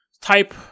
type